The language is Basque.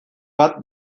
bat